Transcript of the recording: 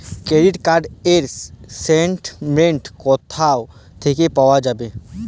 Credit card র statement কোথা থেকে পাওয়া যাবে?